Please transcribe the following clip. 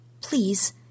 please